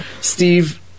Steve